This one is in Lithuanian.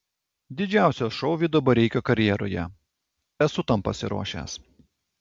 didžiausias šou vido bareikio karjeroje esu tam pasiruošęs